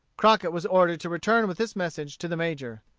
crockett was ordered to return with this message to the major.